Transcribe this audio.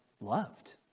loved